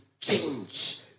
change